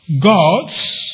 gods